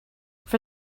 for